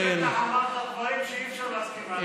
בטח אמרת דברים שאי-אפשר להסכים עליהם.